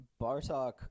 Bartok